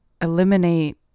eliminate